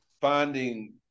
finding